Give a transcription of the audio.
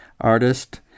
artist